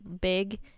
big